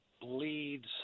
bleeds